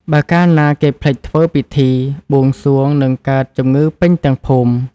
បើកាលណាគេភ្លេចធ្វើពិធី បួងសួងនឹងកើតជំងឺពេញទាំងភូមិ ។